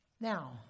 Now